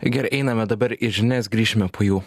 gerai einame dabar į žinias grįšime po jų